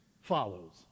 follows